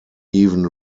even